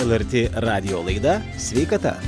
lrt radijo laida sveikata